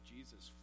Jesus